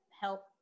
help